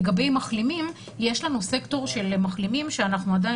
לגבי מחלימים יש לנו סקטור של מחלימים שאנחנו עדיין